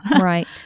Right